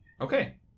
Okay